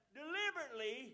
deliberately